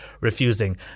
refusing